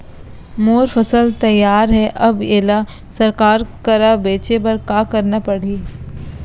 मोर फसल तैयार हे अब येला सरकार करा बेचे बर का करना पड़ही?